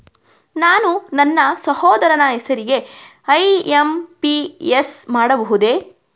ನಾನು ನನ್ನ ಸಹೋದರನ ಹೆಸರಿಗೆ ಐ.ಎಂ.ಪಿ.ಎಸ್ ಮಾಡಬಹುದೇ?